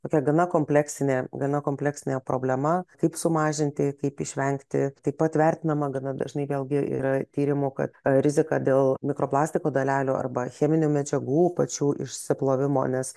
tokia gana kompleksinė gana kompleksinė problema kaip sumažinti kaip išvengti taip pat vertinama gana dažnai vėlgi yra tyrimų kad rizika dėl mikroplastiko dalelių arba cheminių medžiagų pačių išsiplovimo nes